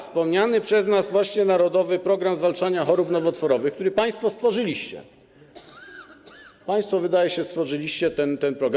Ale wspomniany przez nas właśnie „Narodowy program zwalczania chorób nowotworowych”, który państwo stworzyliście, państwo, wydaje się, stworzyliście ten program.